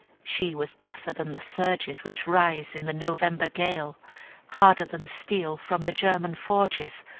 she was deafer than the surges which rise in the november gale harder than steel from the german forges,